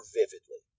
vividly